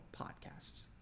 podcasts